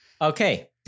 Okay